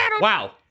Wow